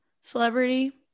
celebrity